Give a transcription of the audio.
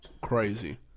Crazy